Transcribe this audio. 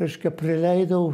reiškia prileidau